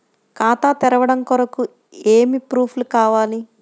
ఖాతా తెరవడం కొరకు ఏమి ప్రూఫ్లు కావాలి?